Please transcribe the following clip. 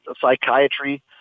psychiatry